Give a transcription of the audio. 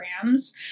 programs